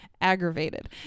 aggravated